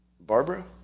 Barbara